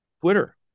Twitter